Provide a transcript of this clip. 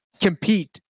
compete